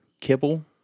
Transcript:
Kibble